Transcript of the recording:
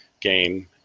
game